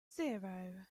zero